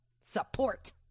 Support